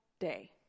day